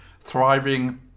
Thriving